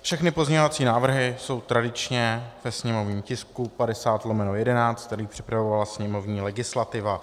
Všechny pozměňovacími návrhy jsou tradičně ve sněmovním tisku 50/11, který připravovala sněmovní legislativa.